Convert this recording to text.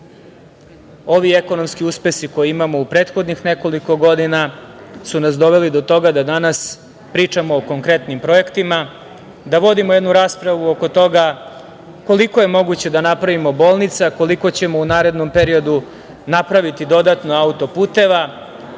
ovi ekonomski uspesi koje imamo u prethodnih nekoliko godina su nas doveli do toga da danas pričamo o konkretnim projektima, da vodimo jednu raspravu oko toga koliko je moguće da napravimo bolnica. Koliko ćemo u narednom periodu napraviti dodatno auto-puteva,